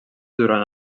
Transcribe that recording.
durant